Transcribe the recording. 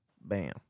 Bam